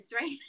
right